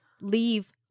leave